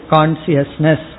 Consciousness